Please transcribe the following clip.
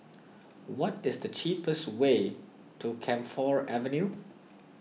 what is the cheapest way to Camphor Avenue